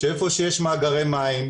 שאיפה שיש מאגרי מים,